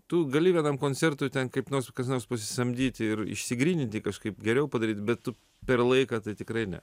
tu gali vienam koncertui ten kaip nors kas nors pasisamdyti ir išsigryninti kažkaip geriau padaryt bet per laiką tai tikrai ne